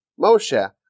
Moshe